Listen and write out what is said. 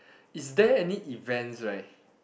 is there any events right